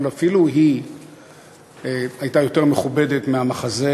אבל אפילו היא הייתה יותר מכובדת מהמחזה